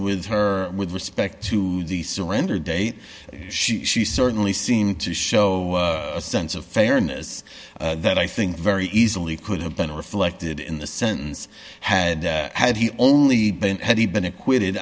with her with respect to the surrender date she certainly seemed to show a sense of fairness that i think very easily could have been reflected in the sentence had had he only been had he been acquitted